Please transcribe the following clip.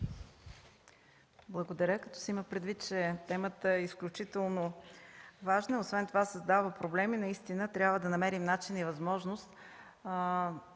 Благодаря. Като се има предвид, че темата е изключително важна и освен това създава проблеми, наистина трябва да намерим начин и възможност.